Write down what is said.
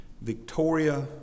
Victoria